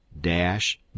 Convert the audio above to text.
dash